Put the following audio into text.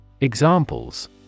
Examples